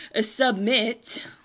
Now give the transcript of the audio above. submit